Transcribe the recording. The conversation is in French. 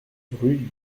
rue